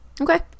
Okay